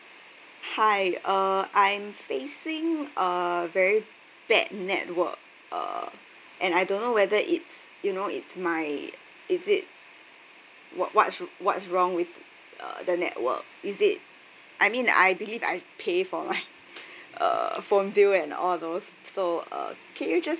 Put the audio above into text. hi uh I am facing uh very bad network uh and I don't know whether it's you know it's my is it what what should what's wrong with uh the network is it I mean I believe I pay for my uh phone bill and all those so uh can you just